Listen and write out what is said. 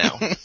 now